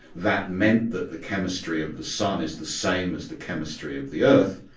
that meant that the chemistry of the sun is the same as the chemistry of the earth,